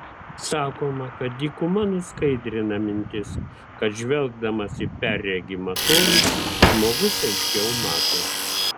sakoma kad dykuma nuskaidrina mintis kad žvelgdamas į perregimą tolį žmogus aiškiau mato